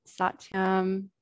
Satyam